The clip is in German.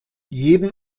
jeden